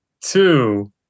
Two